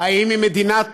אם היא מדינת